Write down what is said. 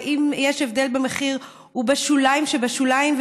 ואם יש הבדל במחיר הוא בשוליים שבשוליים,